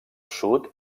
sud